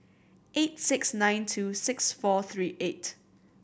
eight six nine two six four three eight